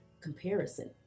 comparison